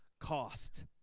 cost